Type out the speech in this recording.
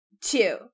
Two